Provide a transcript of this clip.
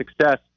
success